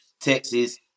Texas